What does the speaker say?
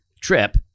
Trip